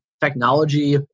technology